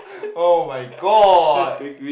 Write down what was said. [oh]-my-god